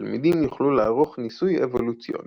תלמידים יוכלו לערוך ניסוי אבולוציוני,